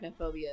arachnophobia